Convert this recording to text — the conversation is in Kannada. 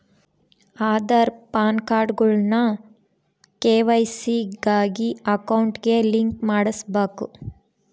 ಆದಾರ್, ಪಾನ್ಕಾರ್ಡ್ಗುಳ್ನ ಕೆ.ವೈ.ಸಿ ಗಾಗಿ ಅಕೌಂಟ್ಗೆ ಲಿಂಕ್ ಮಾಡುಸ್ಬಕು